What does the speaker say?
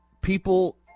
people